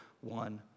one